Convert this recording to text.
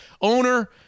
owner